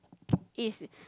is